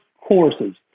courses